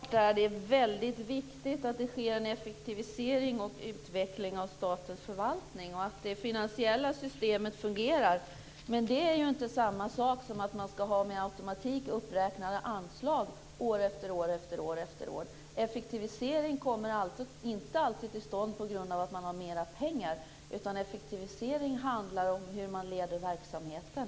Herr talman! Självklart är det väldigt viktigt att det sker en effektivisering och en utveckling av statens förvaltning och att det finansiella systemet fungerar. Men det är ju inte samma sak som att man med automatik ska ha uppräknade anslag år efter år. Effektivisering kommer inte alltid till stånd på grund av att det finns mera pengar, utan effektivisering handlar om hur man leder verksamheten.